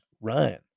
Ryan